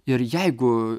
ir jeigu